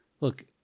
look